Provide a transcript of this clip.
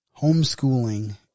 homeschooling